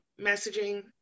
messaging